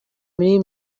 muri